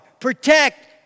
protect